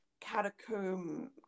catacomb